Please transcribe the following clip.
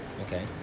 Okay